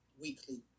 weekly